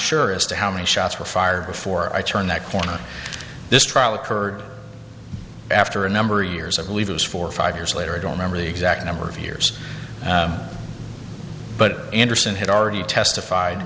sure as to how many shots were fired before i turn that corner this trial occurred after a number of years i believe it was four or five years later i don't remember the exact number of years but anderson had already testified